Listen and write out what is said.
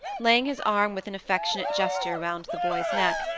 laying his arm with an affectionate gesture round the boy's neck,